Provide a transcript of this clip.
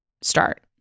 start